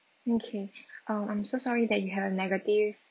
okay um I'm so sorry that you had a negative